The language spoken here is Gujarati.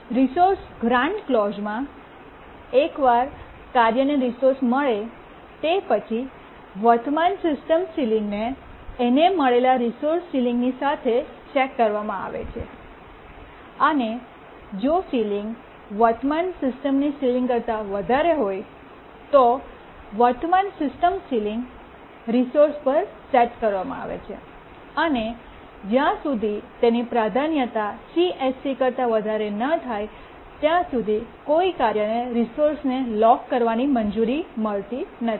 રિસોર્સ ગ્રાન્ટ ક્લૉજ઼માં એકવાર કાર્યને રિસોર્સ મળે તે પછી વર્તમાન સિસ્ટમની સીલીંગ ને એને મળેલા રિસોર્સની સીલીંગ સાથે ચેક કરવામાં આવે છે અને જો સીલીંગ વર્તમાન સિસ્ટમની સીલીંગ કરતા વધારે હોય તો વર્તમાન સિસ્ટમ સીલીંગ રિસોર્સ પર સેટ કરવામાં આવે છે અને જ્યાં સુધી તેની પ્રાધાન્યતા CSC કરતા વધારે ન થાય ત્યાં સુધી કાર્યને રિસોર્સને લોક કરવાની મંજૂરી નથી